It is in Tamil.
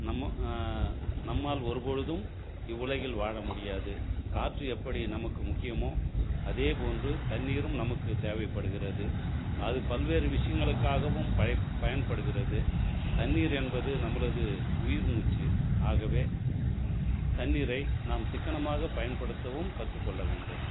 நம்ம நம்மால் ஒருப்பொழுதும் இவ்வுலகில் வாழ முடியாது காற்று எப்படி நமக்கு முக்கியமோ அதே போன்று தண்ணீரும் நமக்கு தேவைப்படுகிறது அது பல்வேறு விஷயங்களுக்காகவும் பய பயன்படுகிறது தண்ணீர் என்பது நம்மளது உயிர் மூச்சு ஆகவே தண்ணீரை நாம் சிக்கனமாக பயன்படுத்தவும் கற்றுக்கொள்ள வேண்டும்